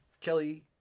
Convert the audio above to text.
Kelly